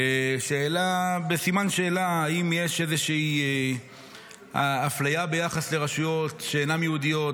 שהעלה בסימן שאלה אם יש איזושהי אפליה ביחס לרשויות שאינן יהודיות,